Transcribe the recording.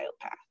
path